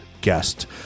guest